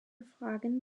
fragen